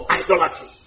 idolatry